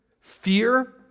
fear